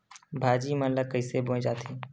भाजी मन ला कइसे बोए जाथे?